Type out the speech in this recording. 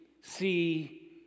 see